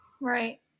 right